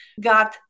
got